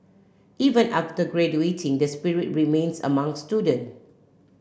even after graduating that spirit remains among student